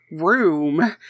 room